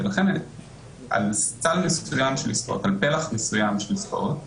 ולכן על סל מסוים של עסקאות, פלח מסוים של עסקאות,